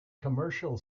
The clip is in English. commercial